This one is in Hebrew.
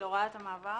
של הוראת המעבר?